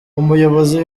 umuyobozi